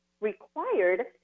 required